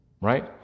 Right